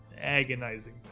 agonizing